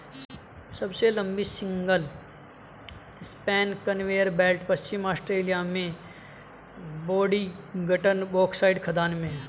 सबसे लंबी single span conveyor belt पश्चिमी ऑस्ट्रेलिया में बोडिंगटन बॉक्साइट खदान में है